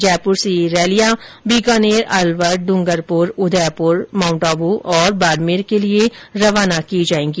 जयपुर से ये रैलियां बीकानेर अलवर ड्रंगरपुर उदयपुर माउंटआबू और बाड़मेर के लिए रवाना की जाएगी